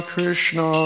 Krishna